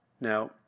Now